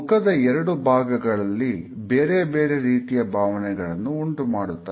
ಮುಖದ ಎರಡು ಭಾಗದಲ್ಲಿ ಬೇರೆ ಬೇರೆ ರೀತಿಯ ಭಾವನೆಗಳನ್ನು ಉಂಟುಮಾಡುತ್ತದೆ